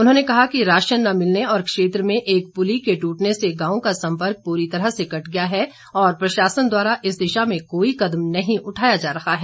उन्होंने कहा कि राशन न मिलने और क्षेत्र में एक पुली के टूटने से गांव का संपर्क पूरी तरह से कट गया है और प्रशासन द्वारा इस दिशा में कोई कदम नहीं उठाया जा रहा है